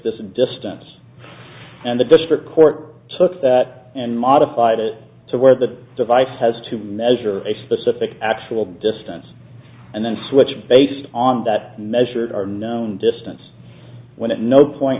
this distance and the district court took that and modified it to where the device has to measure a specific actual distance and then switch based on that measured are known distance when it no point